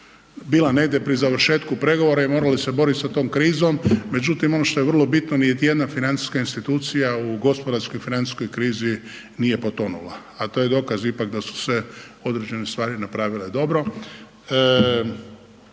bila negdje pri završetku pregovora i morala se borit sa tom krizom. Međutim, ono što je vrlo bitno, niti jedna financijska institucija u gospodarskoj financijskoj krizi nije potonula, a to je dokaz ipak da su se određene stvari napravile dobro.